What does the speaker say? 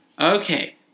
Okay